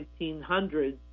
1900s